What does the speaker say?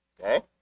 okay